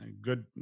good